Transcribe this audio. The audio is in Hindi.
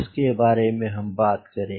इसके बारे में हम बात करेंगे